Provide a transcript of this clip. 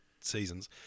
seasons